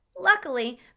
Luckily